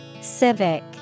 Civic